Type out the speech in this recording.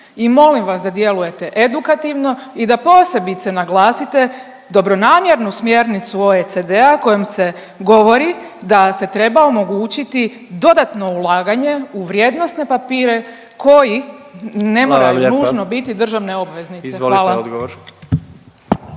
i molim vas da djelujete edukativno i da posebice naglasite dobronamjernu smjernicu OECD-a kojom se govori da se treba omogućiti dodatno ulaganje u vrijednosne papire koji …/Upadica predsjednik: Hvala